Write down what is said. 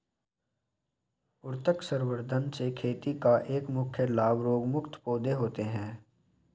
उत्तक संवर्धन से खेती का एक प्रमुख लाभ रोगमुक्त पौधे हैं